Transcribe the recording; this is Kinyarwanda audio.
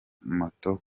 moto